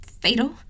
fatal